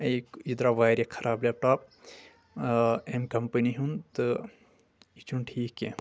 ایک یہِ درٛاو واریاہ خراب لیپ ٹاپ أمۍ کمپنی ہُنٛد تہٕ یہِ چھُنہٕ ٹھیٖک کینٛہہ